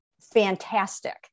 fantastic